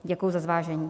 Děkuji za zvážení.